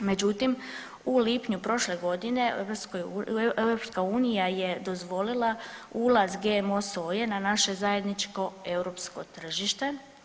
Međutim u lipnju prošle godine EU je dozvolila ulaz GMO soje na naše zajedničko europsko tržište.